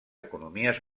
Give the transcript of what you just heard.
economies